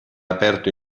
aperto